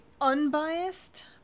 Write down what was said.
unbiased